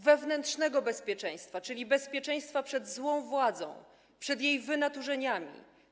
Wewnętrznego bezpieczeństwa, czyli bezpieczeństwa przed złą władzą, przed jej wynaturzeniami.